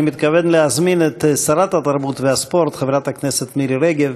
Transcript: אני מתכבד להזמין את שרת התרבות והספורט חברת הכנסת מירי רגב